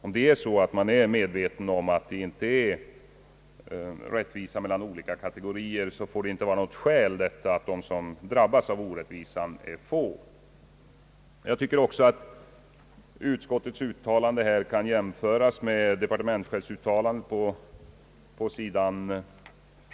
Om man är medveten om att det inte är rättvisa mellan olika kategorier, får det förhållandet att de som drabbas av orättvisan är få inte vara något skäl att inte undanröja den orättvisan. Jag tycker också att utskottets uttalande på denna punkt kan jämföras med departementschefens uttalande på sid.